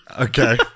Okay